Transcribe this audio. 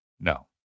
No